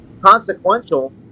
consequential